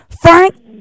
Frank